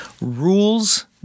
rules